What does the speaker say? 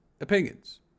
opinions